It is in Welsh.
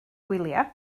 gwyliau